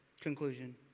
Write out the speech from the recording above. Conclusion